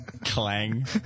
Clang